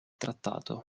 trattato